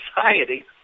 society